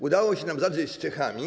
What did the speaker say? Udało się nam zadrzeć z Czechami.